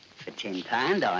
for ten pound